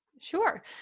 Sure